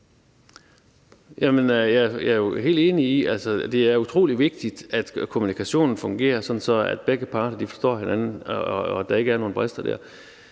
Jeg er jo helt enig i, at det er utrolig vigtigt, at kommunikationen fungerer, sådan at begge parter forstår hinanden og der ikke er nogen brister der.